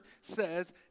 says